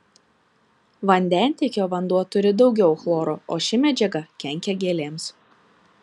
vandentiekio vanduo turi daugiau chloro o ši medžiaga kenkia gėlėms